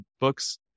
books